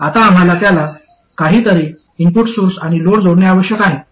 आता आम्हाला त्याला काही तरी इनपुट सोर्स आणि लोड जोडणे आवश्यक आहे